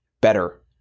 better